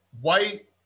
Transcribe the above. white